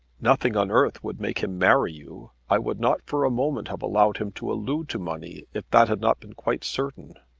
nothing on earth would make him marry you. i would not for a moment have allowed him to allude to money if that had not been quite certain.